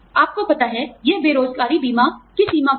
आपको पता है यह बेरोज़गारी बीमा की सीमा पर है